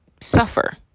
suffer